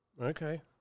Okay